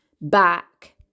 back